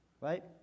Right